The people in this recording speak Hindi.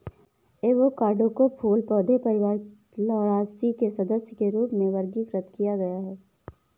एवोकाडो को फूल पौधे परिवार लौरासी के सदस्य के रूप में वर्गीकृत किया गया है